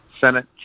Senate